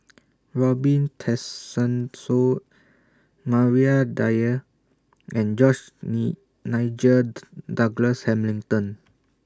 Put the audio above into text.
Robin Tessensohn Maria Dyer and George Nigel Douglas Hamilton